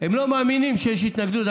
הם לא מאמינים שיש התנגדות,